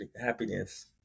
happiness